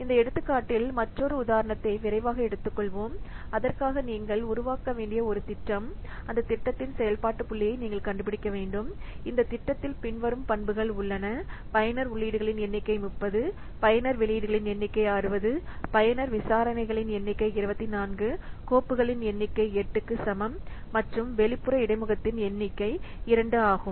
இந்த எடுத்துக்காட்டில் மற்றொரு உதாரணத்தை விரைவாக எடுத்துக்கொள்வோம் அதற்காக நீங்கள் உருவாக்க வேண்டிய ஒரு திட்டம் அந்த திட்டத்தின் செயல்பாட்டு புள்ளியை நீங்கள் கண்டுபிடிக்க வேண்டும் இந்த திட்டத்தில் பின்வரும் பண்புகள் உள்ளன பயனர் உள்ளீடுகளின் எண்ணிக்கை 30 பயனர் வெளியீடுகளின் எண்ணிக்கை 60 பயனர் விசாரணைகளின் எண்ணிக்கை 24 கோப்புகளின் எண்ணிக்கை 8 க்கு சமம் மற்றும் வெளிப்புற இடைமுகத்தின் எண்ணிக்கை 2 ஆகும்